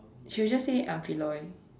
she would just say I'm Feloy